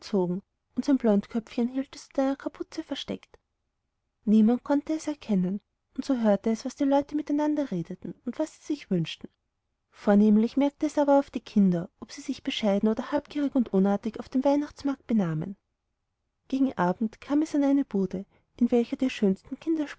blondköpfchen hielt es unter einer kapuze versteckt niemand konnte es erkennen und so hörte es was die leute miteinander redeten und was sie sich wünschten vornehmlich aber merkte es auf die kinder ob sie sich bescheiden oder habgierig und unartig auf dem weihnachtsmarkt benahmen gegen abend kam es an eine bude in welcher die schönsten